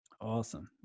Awesome